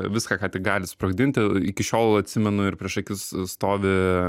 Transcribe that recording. viską ką tik gali sprogdinti iki šiol atsimenu ir prieš akis stovi